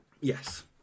Yes